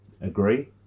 agree